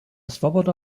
swoboda